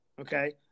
okay